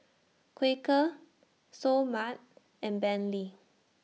Quaker Seoul Mart and Bentley